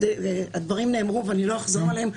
הדברים נאמרו ואני לא אחזור עליהם,